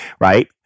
right